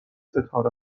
ستاره